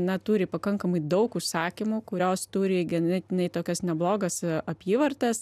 neturi pakankamai daug užsakymų kurios turi ganėtinai tokias neblogas apyvartas